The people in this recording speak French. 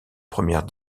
première